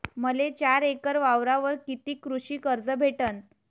मले चार एकर वावरावर कितीक कृषी कर्ज भेटन?